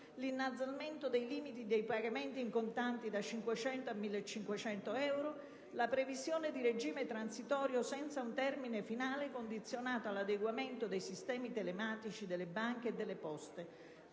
l'innalzamento dei limiti dei pagamenti in contanti da 500 a 1.500 euro, la previsione di un regime transitorio senza un termine finale condizionato all'adeguamento dei sistemi telematici delle banche e delle Poste,